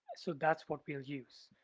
so that's what we'll use.